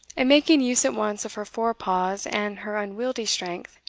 and making use at once of her fore-paws and her unwieldy strength,